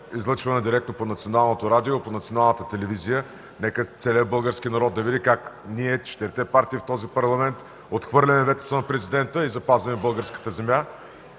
излъчвана директно по Националното радио и Националната телевизия. Нека целият български народ да види как ние, четирите партии от този Парламент, отхвърляме ветото на Президента и запазваме българската земя,